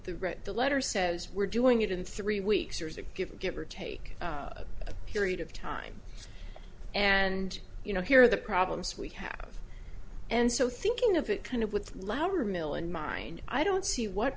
read the letter says we're doing it in three weeks or is it give give or take a period of time and you know here are the problems we have and so thinking of it kind of with lauer mill in mind i don't see what